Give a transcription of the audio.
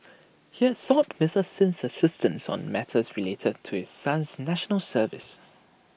he had sought Mister Sin's assistance on matters related to his son's National Service